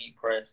press